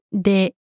De